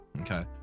Okay